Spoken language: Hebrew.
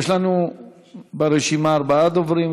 יש לנו ברשימה ארבעה דוברים.